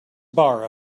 bar